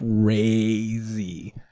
crazy